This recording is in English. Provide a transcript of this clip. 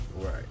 Right